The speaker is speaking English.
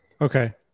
Okay